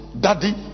daddy